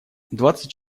двадцать